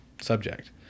subject